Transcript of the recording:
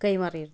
കൈമാറിയിരുന്നു